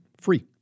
free